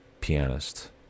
pianist